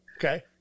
Okay